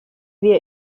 wir